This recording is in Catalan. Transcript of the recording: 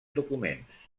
documents